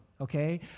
okay